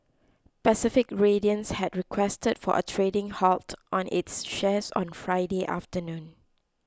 Pacific Radiance had requested for a trading halt on its shares on Friday afternoon